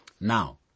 Now